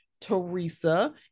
Teresa